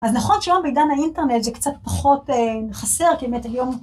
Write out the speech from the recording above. אז נכון שהיום בעידן האינטרנט זה קצת פחות חסר כי האמת היום...